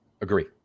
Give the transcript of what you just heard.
Agree